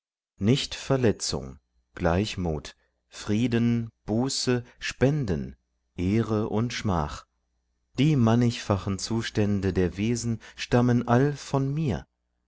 nichtverletzung gleichmut frieden buße spenden ehre und schmach die mannigfachen zustände der wesen stammen all von mir